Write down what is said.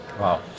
Wow